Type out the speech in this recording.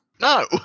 no